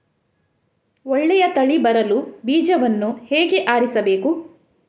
ಒಳ್ಳೆಯ ತಳಿ ಬರಲು ಬೀಜವನ್ನು ಹೇಗೆ ಆರಿಸಬೇಕು?